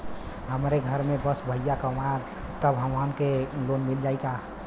हमरे घर में बस भईया कमान तब हमहन के लोन मिल जाई का?